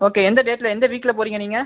okay எந்த டேட்ல எந்த வீக்ல ஓகே போகிறீங்க நீங்கள்